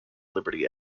liberty